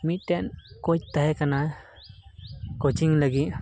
ᱢᱤᱫᱴᱮᱱ ᱠᱳᱪ ᱛᱟᱦᱮᱸ ᱠᱟᱱᱟᱭ ᱠᱳᱪᱤᱝ ᱞᱟᱹᱜᱤᱫ